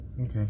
Okay